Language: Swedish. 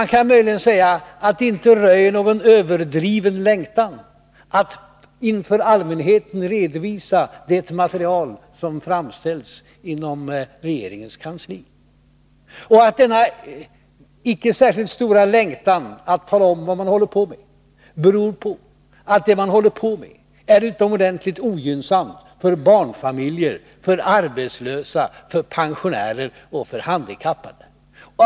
Man kan möjligen säga att det inte röjer någon överdriven längtan att för allmänheten redovisa det material som framställts inom regeringens kansli och att denna inte särskilt stora längtan att tala om vad man håller på med beror på att det man håller på med är utomordentligt ogynnsamt för barnfamiljer, för arbetslösa, för pensionärer och för handikappade.